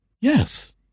Yes